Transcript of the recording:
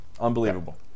Unbelievable